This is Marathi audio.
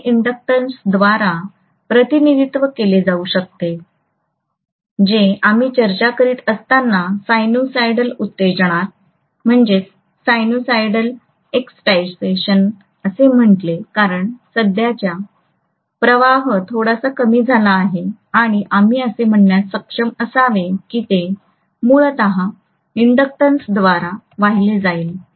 हे इंडोकटॅक्शनद्वारे प्रतिनिधित्व केले जाऊ शकते जे आम्ही चर्चा करीत असताना सायनुसायडल उत्तेजनात असे म्हटले कारण सध्याचा प्रवाह थोडासा कमी झाला आहे आणि आम्ही असे म्हणण्यास सक्षम असावे की ते मूलतइन्डक्टन्स द्वारे वाहिले जाईल